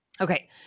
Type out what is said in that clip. Okay